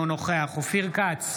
אינו נוכח אופיר כץ,